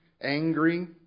angry